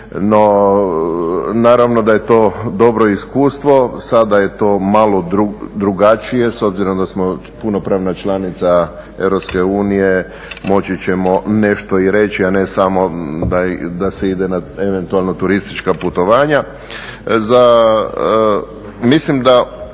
No, naravno da je to dobro iskustvo, sada je to malo drugačije s obzirom da smo punopravna članica Emalo U moći ćemo nešto i reći, a ne samo da se ide na eventualno turistička putovanja.